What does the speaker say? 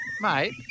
mate